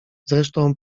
zresztą